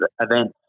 events